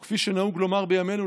או כפי שנהוג לומר בימינו,